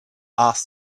asked